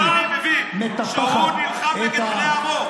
המוסלמי מבין, שהוא נלחם נגד בני עמו?